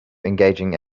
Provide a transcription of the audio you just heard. engaging